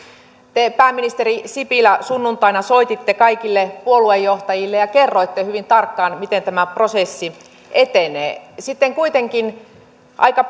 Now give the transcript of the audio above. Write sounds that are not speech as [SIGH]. te pääministeri sipilä sunnuntaina soititte kaikille puoluejohtajille ja kerroitte hyvin tarkkaan miten tämä prosessi etenee sitten kuitenkin aika [UNINTELLIGIBLE]